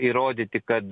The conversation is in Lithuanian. įrodyti kad